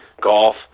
golf